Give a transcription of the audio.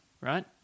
right